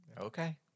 Okay